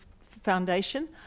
Foundation